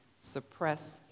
suppress